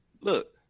look